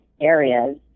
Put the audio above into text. areas